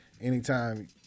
Anytime